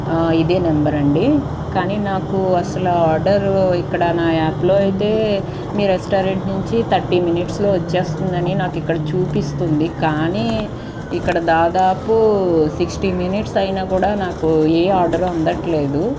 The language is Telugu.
ఆ ఇదే నెంబర్ అండి కానీ నాకు అసలు ఆర్డర్ ఇక్కడ నా యాప్లో అయితే మీరు రెస్టారెంట్ నుంచి థర్టీ మినిట్స్లో వచ్చేస్తుందని నాకు ఇక్కడ చూపిస్తోంది కానీ ఇక్కడ దాదాపు సిక్స్టీ మినిట్స్ అయినా కూడా నాకు ఏ ఆర్డర్ అందట్లేదు